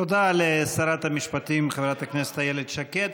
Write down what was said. תודה לשרת המשפטים חברת הכנסת איילת שקד.